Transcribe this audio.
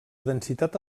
densitat